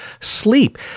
sleep